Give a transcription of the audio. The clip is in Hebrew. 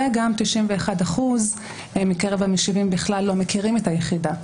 וגם 91% מקרב המשיבים בכלל לא מכירים את היחידה,